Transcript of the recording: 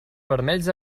vermells